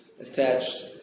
attached